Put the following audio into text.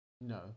no